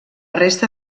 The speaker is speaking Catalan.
resta